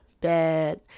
bad